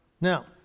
Now